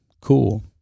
cool